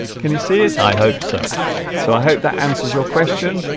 can you see it i hope so so i hope that answers your question